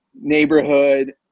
neighborhood